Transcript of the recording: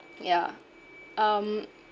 yeah um